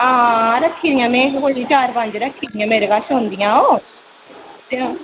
हां रक्खी दियां में कोई चार पंज रक्खी दियां मेरे कश औंदियां ओह् ते